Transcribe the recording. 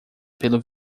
pelo